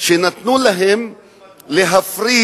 שנתנו להן להפריד